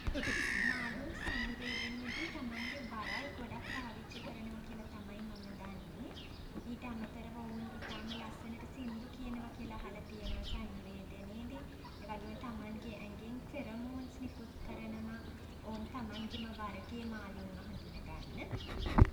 මාළුන් සන්නිවේදනයේදී තමන්ගේ වරල් ගොඩක් පාවිච්චි කරනවා කියලා තමයි මම දන්නේ. ඊට අමතරව ඔවුන් ඉතාම ලස්සනට සිංදු කියනවා කියලා අහල තියෙනව සන්නිවේදනයේදී. ඒ වගේම තමන්ගේ ඇඟෙන් ෆෙරමෝන්ස් නිකුත් කරනවා ඔවුන් තමන්ගෙම වර්ගේ මාළුන්ව හඳුනගන්න.